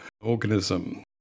organism